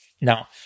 Now